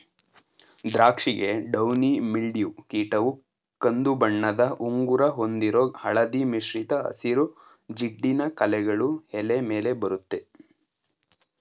ದ್ರಾಕ್ಷಿಗೆ downy mildew ಕೀಟವು ಕಂದುಬಣ್ಣದ ಉಂಗುರ ಹೊಂದಿರೋ ಹಳದಿ ಮಿಶ್ರಿತ ಹಸಿರು ಜಿಡ್ಡಿನ ಕಲೆಗಳು ಎಲೆ ಮೇಲೆ ಬರತ್ತೆ